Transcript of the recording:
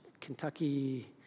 Kentucky